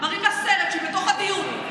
מראים לה סרט שהיא בתוך הדיון.